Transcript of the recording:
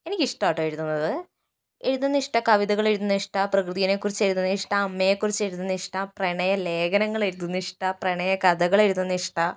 എനിക്കിഷ്ടമാണ് കേട്ടോ എഴുതുന്നത് എഴുതുന്നത് ഇഷ്ടമാണ് കവിതകള് എഴുതുന്നത് ഇഷ്ടമാണ് പ്രകൃതിയെക്കുറിച്ച് എഴുതുന്നത് ഇഷ്ടമാണ് അമ്മയെക്കുറിച്ച് എഴുതുന്നത് ഇഷ്ടമാണ് പ്രണയ ലേഖനങ്ങൾ എഴുതുന്നത് ഇഷ്ടമാണ് പ്രണയ കഥകൾ എഴുതുന്നത് ഇഷ്ടമാണ്